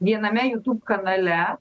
viename youtube kanale